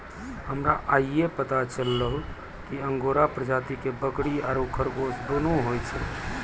हमरा आइये पता चललो कि अंगोरा प्रजाति के बकरी आरो खरगोश दोनों होय छै